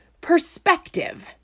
perspective